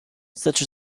such